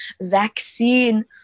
vaccine